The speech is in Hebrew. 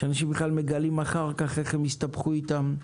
ואנשים מגלים אחר כך איך הם הסתבכו איתם.